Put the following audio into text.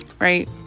Right